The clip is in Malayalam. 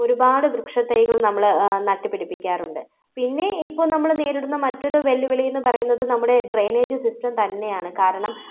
ഒരുപാട് വൃക്ഷ തൈകള് നമ്മൾ നട്ട് പിടിപ്പിക്കാറുണ്ട് പിന്നെ ഇപ്പോൾ നമ്മൾ നേരിടുന്ന മറ്റൊരു വെല്ലുവിളിയെന്ന് പറയുന്നത് നമ്മുടെ ഡ്രൈനേജ് സിസ്റ്റം തന്നെയാണ് കാരണം